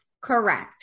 Correct